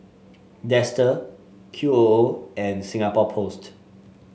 Dester Q O O and Singapore Post